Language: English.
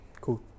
cool